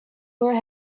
were